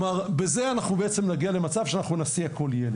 אנחנו נגיע בזה למצב שאנחנו נסיע כל ילד,